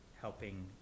helping